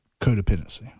codependency